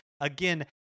Again